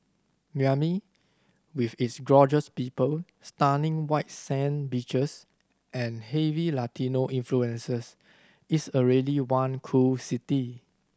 Miami with its gorgeous people stunning white sand beaches and heavy Latino influences is already one cool city